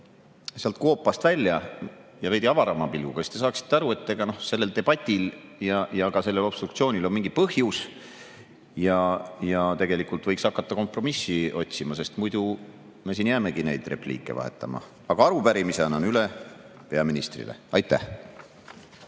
sealt koopast välja ja veidi avarama pilguga, siis te saaksite aru, et sellel debatil ja sellel obstruktsioonil on mingi põhjus. Ja tegelikult võiks hakata kompromissi otsima, sest muidu me jäämegi neid repliike vahetama. Aga arupärimise annan üle peaministrile. Aitäh!